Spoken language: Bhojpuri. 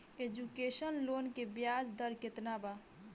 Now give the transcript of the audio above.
एजुकेशन लोन के ब्याज दर केतना बा?